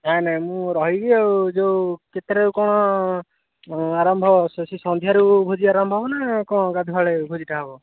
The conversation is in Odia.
ନାଇଁ ନାଇଁ ମୁଁ ରହିବି ଆଉ ଯେଉଁ କେତେଟାରୁ କ'ଣ ଆରମ୍ଭ ସନ୍ଧ୍ୟାରୁ ଭୋଜି ଆରମ୍ଭ ହବ ନା କ'ଣ ଗାଧୁଆ ବେଳେ ଭୋଜିଟା ହେବ